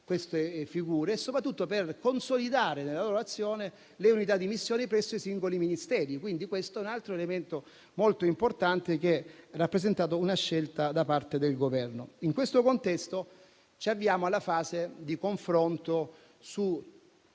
queste figure e, soprattutto, per consolidare nella loro azione le unità di missione presso i singoli Ministeri. Questo è un altro elemento centrale che ha rappresentato una scelta da parte del Governo. In questo contesto, ci avviamo alla fase di confronto